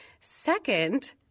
Second